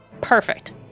perfect